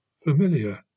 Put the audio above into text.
familiar